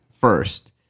first